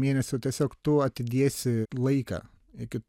mėnesio tiesiog tu atidėsi laiką iki